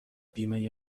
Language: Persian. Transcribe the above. بیمه